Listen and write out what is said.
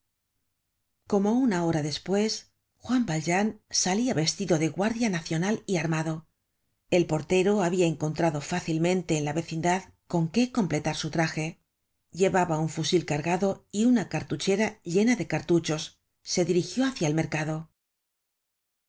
como una hora despues juan valjean salia vestido de guardia nacional y armado el portero habia encontrado fácilmente en la vecindad con qué completar su trage llevaba un fusil cargado y una cartuchera llena de cartuchos se dirigió hácia el mercado